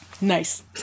Nice